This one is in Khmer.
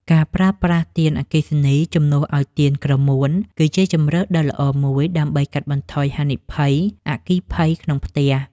ការប្រើប្រាស់ទៀនអគ្គិសនីជំនួសឱ្យទៀនក្រមួន គឺជាជម្រើសដ៏ល្អមួយដើម្បីកាត់បន្ថយហានិភ័យអគ្គិភ័យក្នុងផ្ទះ។